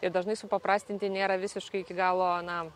ir dažnai supaprastinti nėra visiškai iki galo na